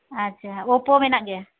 ᱟᱪᱪᱷᱟ ᱳᱯᱳ ᱢᱮᱱᱟᱜ ᱜᱮᱭᱟ